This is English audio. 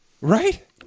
Right